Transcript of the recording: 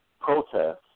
protests